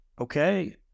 Okay